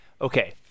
Okay